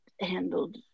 handled